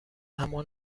اما